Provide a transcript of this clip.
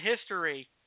history